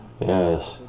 Yes